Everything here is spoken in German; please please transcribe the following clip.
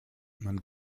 man